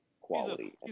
quality